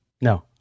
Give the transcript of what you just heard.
No